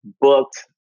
booked